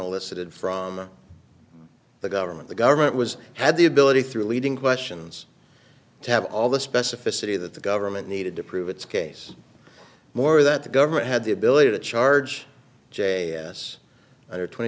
suited from the government the government was had the ability through leading questions to have all the specificity that the government needed to prove its case more that the government had the ability to charge j s under twenty